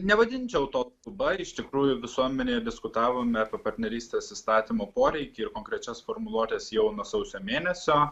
nevadinčiau to skuba iš tikrųjų visuomenėje diskutavome apie partnerystės įstatymo poreikį ir konkrečias formuluotes jau nuo sausio mėnesio